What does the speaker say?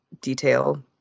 detail